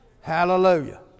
Hallelujah